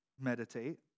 meditate